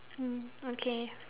mm okay